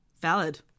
valid